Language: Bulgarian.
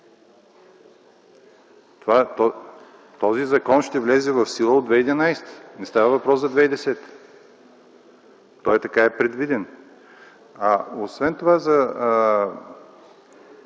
този закон ще влезе в сила от 2011 г. Не става въпрос за 2010 г. Той така е предвиден, а освен това за